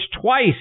twice